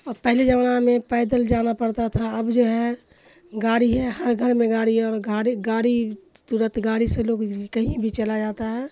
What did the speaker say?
اور پہلے زمانہ میں پیدل جانا پڑتا تھا اب جو ہے گاڑی ہے ہر گھر میں گاڑی اور گاڑی گاڑی ترنت گاڑی سے لوگ کہیں بھی چلا جاتا ہے